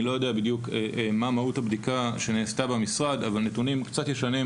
אני לא יודע בדיוק מהות הבדיקה שנעשתה במשרד אבל מנתונים קצת ישנים,